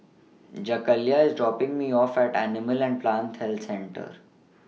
Jakayla IS dropping Me off At Animal and Plant Health Centre